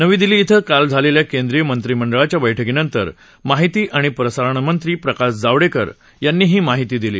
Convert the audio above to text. नवी दिल्ली इथं काल झालेल्या केंद्रीय मंत्रिमंडळाच्या बैठकीनंतर माहिती आणि प्रसारण मंत्री प्रकाश जावडेकर यांनी ही माहिती दिली